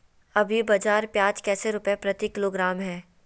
अभी बाजार प्याज कैसे रुपए प्रति किलोग्राम है?